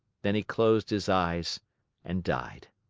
then he closed his eyes and died.